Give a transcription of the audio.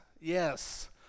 yes